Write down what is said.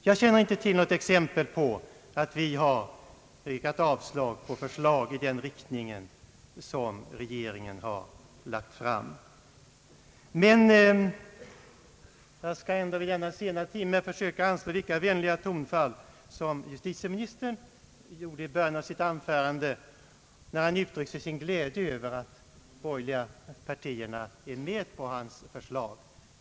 Jag känner inte till något exempel på att vi har yrkat avslag på förslag i den riktningen och som regeringen lagt fram. Men jag skall ändå vid denna sena timme försöka anslå lika vänliga tonfall som justitieministern gjorde i början av sitt anförande, när han uttryckte sin glädje över att de borgerliga partierna ville godkänna hans förslag.